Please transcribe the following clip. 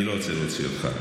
אני לא רוצה להוציא אותך.